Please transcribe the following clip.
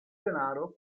denaro